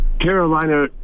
Carolina